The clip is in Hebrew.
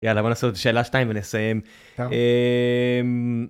יאללה בו נעשה את שאלה 2 ונסיים.